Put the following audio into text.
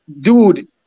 dude